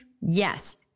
Yes